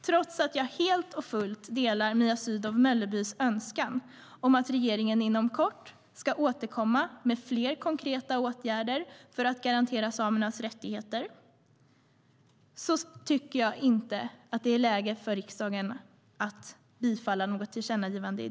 Trots att jag helt och fullt instämmer i Mia Sydow Möllebys önskan om att regeringen inom kort ska återkomma med fler konkreta åtgärder för att garantera samernas rättigheter tycker jag inte att det är läge för riksdagen att i dag bifalla ett tillkännagivande.